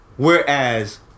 Whereas